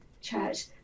church